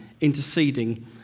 interceding